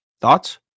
Thoughts